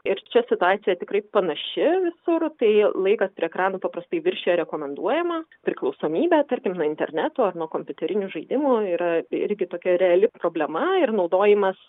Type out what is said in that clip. ir čia situacija tikrai panaši visur tai laikas prie ekranų paprastai viršija rekomenduojamą priklausomybę tarkim nuo interneto ar nuo kompiuterinių žaidimų yra irgi tokia reali problema ir naudojimas